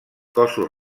cossos